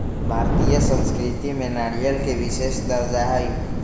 भारतीय संस्कृति में नारियल के विशेष दर्जा हई